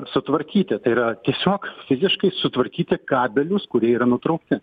sutvarkyti tai yra tiesiog fiziškai sutvarkyti kabelius kurie yra nutraukti